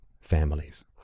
families